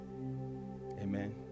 Amen